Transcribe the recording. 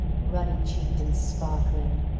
ruddy-cheeked and sparkling,